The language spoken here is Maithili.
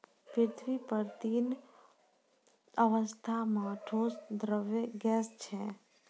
पृथ्वी पर तीन अवस्था म ठोस, द्रव्य, गैस छै